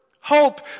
Hope